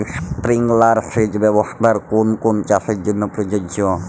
Sprinkler সেচ ব্যবস্থার কোন কোন চাষের জন্য প্রযোজ্য?